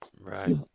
Right